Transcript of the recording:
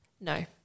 No